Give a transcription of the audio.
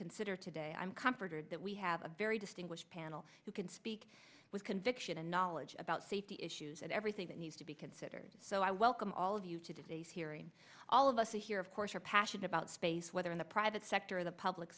consider today i'm comforted that we have a very distinguished panel who can speak with conviction and knowledge about safety issues and everything that needs to be considered so i welcome all of you to disease hearing all of us to hear of course your passion about space whether in the private sector the public